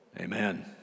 Amen